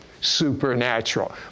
supernatural